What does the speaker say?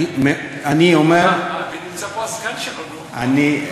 אני אומר, נמצא פה הסגן שלו, נו.